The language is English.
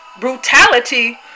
brutality